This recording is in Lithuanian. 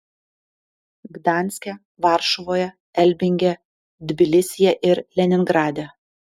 gdanske varšuvoje elbinge tbilisyje ir leningrade